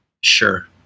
Sure